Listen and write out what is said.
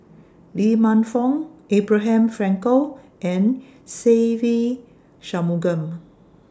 Lee Man Fong Abraham Frankel and Se Ve Shanmugam